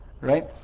right